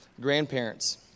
grandparents